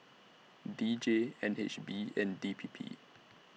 D J N H B and D P P